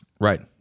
Right